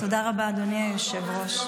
תודה רבה, אדוני היושב-ראש.